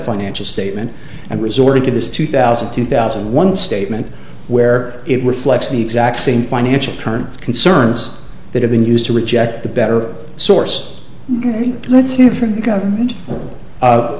financial statement and resorting to this two thousand two thousand and one statement where it reflects the exact same financial terms concerns that have been used to reject the better source let's hear from the government